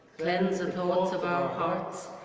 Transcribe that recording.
cleanse the thoughts of our hearts,